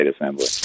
assembly